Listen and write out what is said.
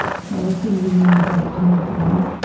so i was sending emails out to my friends,